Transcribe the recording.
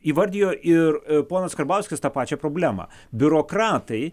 įvardijo ir ponas karbauskis tą pačią problemą biurokratai